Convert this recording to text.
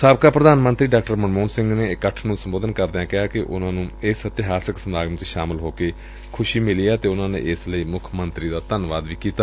ਸਾਬਕਾ ਪ੍ਰਧਾਨ ਮੰਤਰੀ ਡਾ ਮਨਮੋਹਨ ਸਿੰਘ ਨੇ ਇਕੱਠ ਨੂੰ ਸੰਬੋਧਨ ਕਰਦਿਆਂ ਕਿਹਾ ਕਿ ਉਨਾਂ ਨੂੰ ਇਸ ਇਤਿਹਾਸਕ ਸਮਾਗਮ ਚ ਸ਼ਾਮਲ ਹੋ ਕੇ ਖੁਸ਼ੀ ਮਿਲੀ ਏ ਤੇ ਉਨ੍ਹਾ ਨੇ ਇਸ ਲਈ ਮੁੱਖ ਮੰਤਰੀ ਦਾ ਧੰਨਵਾਦ ਵੀ ਕੀਤਾ